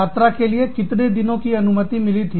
यात्रा के लिए कितने दिनों की अनुमति मिली थी